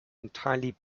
entirely